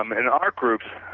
um in our groups,